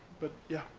but yeah,